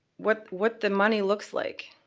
what what the money looks like,